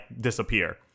disappear